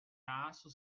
aço